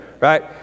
right